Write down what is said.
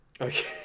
Okay